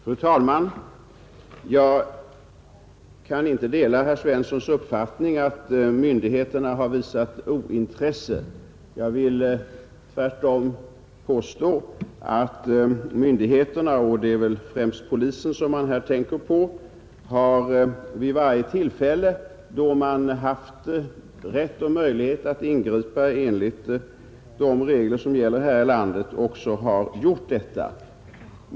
Fru talman! Jag kan inte dela herr Svenssons i Malmö uppfattning att myndigheterna har visat sig ointresserade. Jag vill tvärtom påstå att myndigheterna — och det är väl främst polisen man tänker på — vid varje tillfälle då de haft rätt och möjlighet att ingripa enligt de regler som gäller här i landet också har gjort detta.